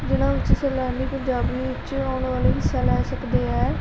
ਜਿਨ੍ਹਾਂ ਵਿੱਚ ਸੈਲਾਨੀ ਪੰਜਾਬ ਦੇ ਵਿੱਚ ਆਉਣ ਵਾਲੇ ਹਿੱਸਾ ਲੈ ਸਕਦੇ ਹੈ